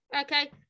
Okay